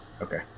Okay